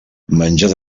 menjar